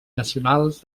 nacionals